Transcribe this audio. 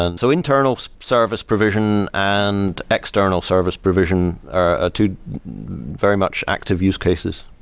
and so internal service provision and external service provision are two very much active use cases.